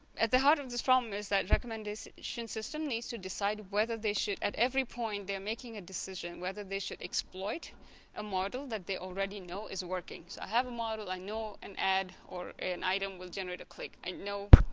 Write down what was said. at the heart of this problem is that recommendation system needs to decide whether they should. at every point they're making a decision whether they should exploit a model that they already know is working so i have a model i know an ad or an item will generate a click i know.